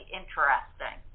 interesting